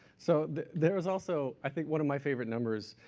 so there is also, i think one of my favorite numbers